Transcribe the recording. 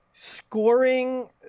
Scoring